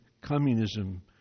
Communism